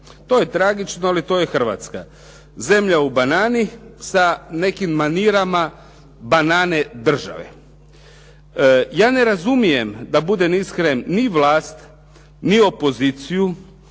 to je tragično ali to je Hrvatska. Zemlja u banani sa nekim manirama banane države. Ja ne razumijem da budem iskren ni vlast, ni opoziciju